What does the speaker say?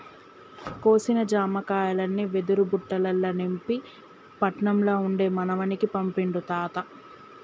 కోసిన జామకాయల్ని వెదురు బుట్టలల్ల నింపి పట్నం ల ఉండే మనవనికి పంపిండు తాత